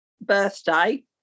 birthday